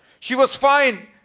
she was fine,